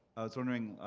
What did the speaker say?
i was wondering,